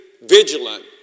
vigilant